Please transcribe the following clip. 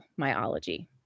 myology